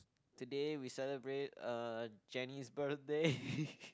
today we celebrate uh Jenny's birthday